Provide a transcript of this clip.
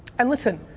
and listen,